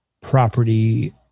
property